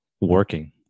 working